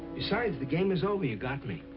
besides, the game is over. you got me.